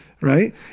Right